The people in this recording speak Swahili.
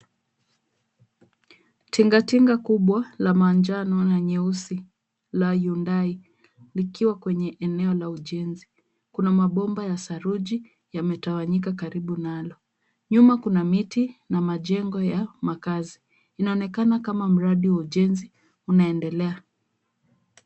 Tingatinga kubwa la manjano na nyeusi la Hyundai. Likiwa kwenye eneo la ujenzi. Kuna mabomba ya saruji yametawanyika karibu nalo. Nyuma kuna miti na majengo ya makazi. Inaonekana kama mradi wa ujenzi unaendelea.